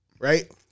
Right